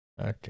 Okay